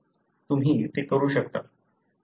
तुम्ही ते करू शकता